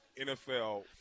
NFL